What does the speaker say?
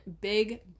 big